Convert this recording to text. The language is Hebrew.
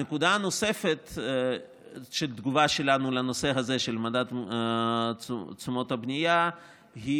הנקודה הנוספת כתגובה שלנו לנושא של מדד תשומות הבנייה היא